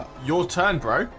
your turn, bro.